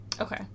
Okay